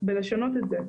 בלשנות את זה.